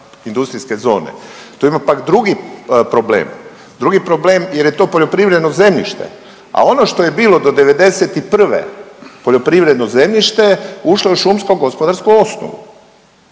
industrijske zone. Tu ima pak drugi problem, drugi problem jer je to poljoprivredno zemljište, a ono što je bilo do '91. poljoprivredno zemljište ušlo je u šumsku gospodarsku osnovu,